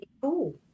cool